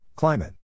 Climate